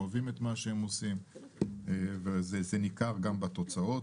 אוהבים את מה שהם עושים וזה ניכר גם בתוצאות.